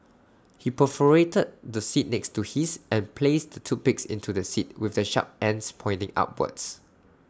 he perforated the seat next to his and placed the toothpicks into the seat with the sharp ends pointing upwards